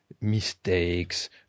mistakes